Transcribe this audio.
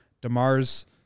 DeMar's